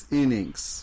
innings